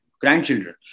grandchildren